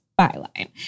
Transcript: byline